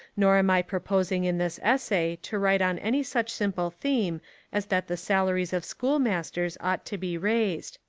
nor am i proposing in this essay to write on any such simple theme as that the salaries of schoolmasters ought to be raised.